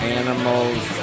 animals